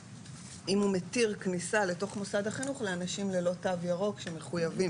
שאם הוא מתיר כניסה לתוך מוסד החינוך לאנשים ללא תו ירוק שמחוייבים,